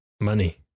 Money